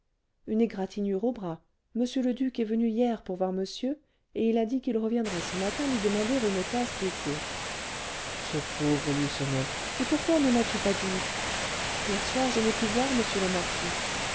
une égratignure au bras m le duc est venu hier pour voir monsieur et il a dit qu'il reviendrait ce matin lui demander une tasse de thé ce pauvre lucenay et pourquoi ne m'as-tu pas dit hier soir je n'ai pu voir m le marquis